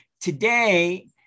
Today